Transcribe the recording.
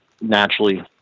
naturally